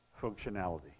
functionality